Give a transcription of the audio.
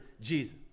Jesus